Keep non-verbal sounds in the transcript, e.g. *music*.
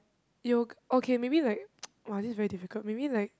yo~ okay maybe like *noise* !wah! this is very difficult maybe like